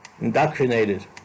indoctrinated